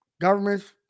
governments